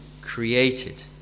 created